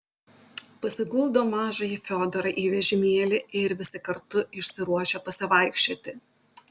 pasiguldo mažąjį fiodorą į vežimėlį ir visi kartu išsiruošia pasivaikščioti